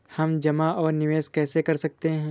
हम जमा और निवेश कैसे कर सकते हैं?